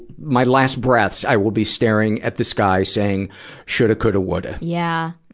my last breaths, i will be staring at the sky saying shoulda, coulda, woulda. yeah.